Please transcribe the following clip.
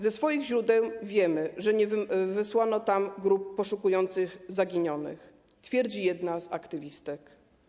Ze swoich źródeł wiemy, że nie wysłano tam grup poszukujących zaginionych - twierdzi jedna z aktywistek.